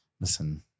listen